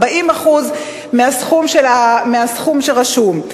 40% מהסכום שרשום.